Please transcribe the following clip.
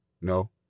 No